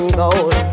gold